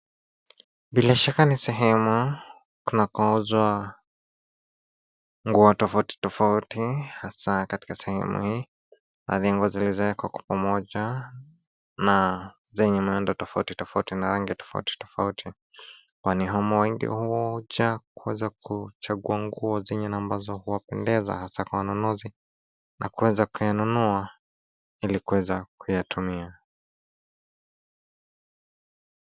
Bila shaka ni sehemu kunakouzwa nguo tofauti tofauti hasa katika sehemu hii, baadhi ya nguo zilizowekwa kwa pamoja na zenye muundo tofauti tofauti na rangi tofauti tofauti. Kwani humu wengi huja kuweza kuchagua nguo zenye ambazo huwapendeza hasa kwa wanunuzi na kuweza kuyanunua ili kuweza kuyatumia.